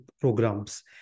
programs